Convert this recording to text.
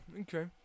okay